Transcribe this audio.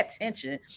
attention